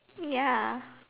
ya